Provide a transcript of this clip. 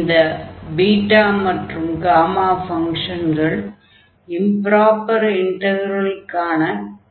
இந்த பீட்டா மற்றும் காமா ஃபங்ஷன்கள் beta gamma functions இம்ப்ராப்பர் இன்டக்ரலுக்கான